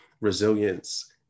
resilience